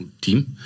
team